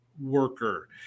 worker